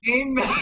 Amen